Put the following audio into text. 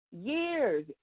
years